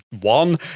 one